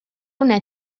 una